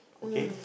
okay